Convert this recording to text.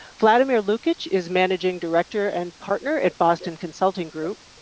vladimir lukic is managing director and partner at boston consulting group,